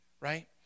right